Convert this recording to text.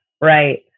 right